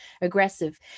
aggressive